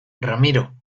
ramiro